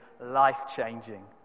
life-changing